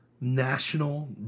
national